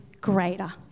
greater